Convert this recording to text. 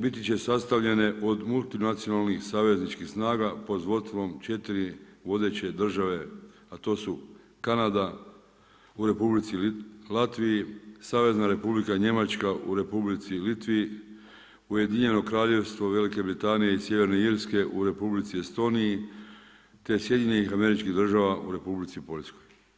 biti će sastavljene od multinacionalnih savezničkih snaga pod vodstvom četiri vodeće države, a to su Kanada, u Republici Latviji, Savezna Republika Njemačka u Republici Litvi, Ujedinjeno Kraljevstvo Velike Britanije i Sjeverne Irske u Republici Estoniji te SAD-a u Republici Poljskoj.